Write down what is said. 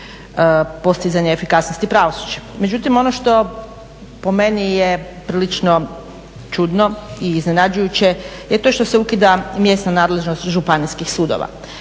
postizanja efikasnosti pravosuđa. Međutim, ono što po meni je prilično čudno i iznenađujuće je to što se ukida mjesna nadležnost županijskih sudova.